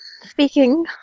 speaking